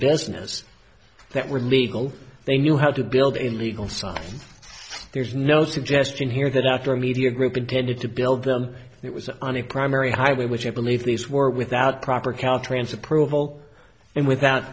business that were legal they knew how to build illegal so there's no suggestion here that after a media group intended to build them it was on a primary highway which i believe these were without proper caltrans approval and without